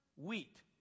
Wheat